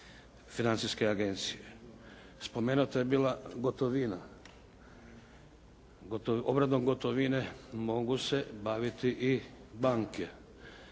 Financijske agencije. Spomenuta je bila gotovina. Obradom gotovine mogu se baviti i banke,